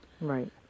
Right